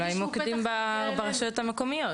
אולי מוקדמים ברשויות המקומיות.